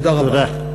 תודה רבה.